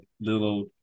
little